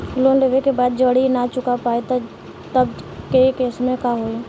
Loan लेवे के बाद जड़ी ना चुका पाएं तब के केसमे का होई?